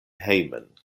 hejmen